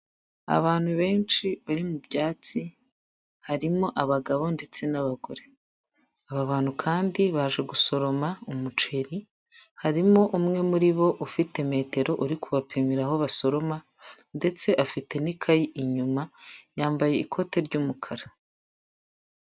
Abantu benshi bari mu byatsi, harimo abagabo ndetse n'abagore, aba bantu kandi baje gusoroma umuceri, harimo umwe muri bo ufite metero uri kubapimira aho basoroma ndetse afite n'ikayi inyuma, yambaye ikote ry'umukara.